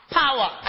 power